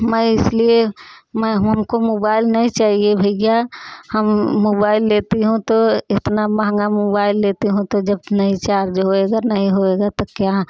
मैं इसलिए मैं हमको मोबाइल नहीं चाहिए भैया हम मोबाइल लेती हूँ तो इतना महंगा मोबाइल लेती हूँ तो जब नहीं चार्ज होएगा नहीं होएगा तो क्या